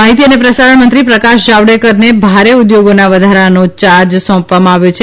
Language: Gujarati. માહિતી અને પ્રસારણ મંત્રી પ્રકાશ જાવડેકરને ભારે ઉદ્યોગોનો વધારાનો ચાર્જ સોંપવામાં આવ્યો છે